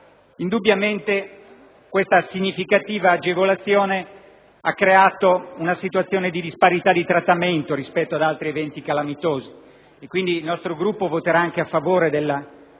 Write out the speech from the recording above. Indubbiamente questa significativa agevolazione ha creato una situazione di disparità di trattamento rispetto ad altri eventi calamitosi. Pertanto, il nostro Gruppo ha espresso